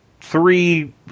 three